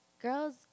girls